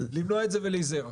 למנוע את זה ולהיזהר.